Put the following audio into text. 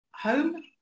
home